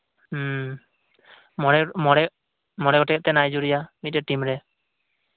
ᱢᱚᱬᱮ ᱢᱚᱬᱮ ᱢᱚᱬᱮ ᱜᱚᱴᱮᱡ ᱱᱟᱭᱡᱮᱨᱤᱭᱟ ᱢᱤᱫᱴᱮᱱ ᱴᱤᱢ ᱨᱮ